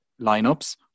lineups